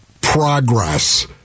progress